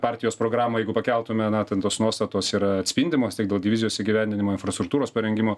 partijos programą jeigu pakeltume na ten tos nuostatos yra atspindimos tiek dėl vizijos įgyvendinimo infrastruktūros parengimo